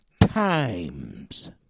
times